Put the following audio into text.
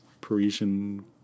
Parisian